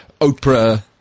Oprah